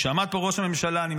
כשעמד פה ראש הממשלה,